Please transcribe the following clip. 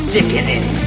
Sickening